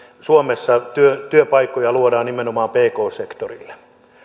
suomessa työpaikkoja luodaan nimenomaan pk sektorille